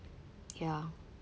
ya